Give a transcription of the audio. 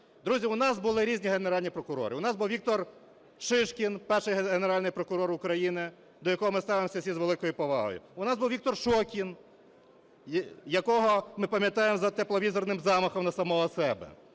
Друзі, у нас були різні генеральні прокурори. У нас був Віктор Шишкін – перший Генеральний прокурор України, до якого ми ставимось всі з великою повагою. У нас був Віктор Шокін, якого ми пам'ятаємо за "тепловізорним" замахом на самого себе.